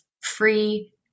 free